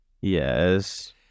Yes